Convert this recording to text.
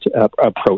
approach